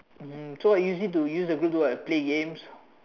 mm so what you usually use the group do what play games